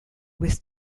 with